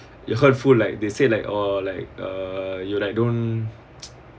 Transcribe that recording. your hurtful like they say like uh like uh you like don't